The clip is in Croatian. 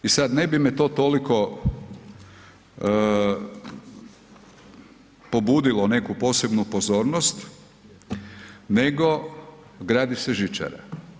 I sad ne bi me to toliko pobudilo neku posebnu pozornost nego gradi se žičara.